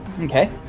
Okay